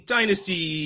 Dynasty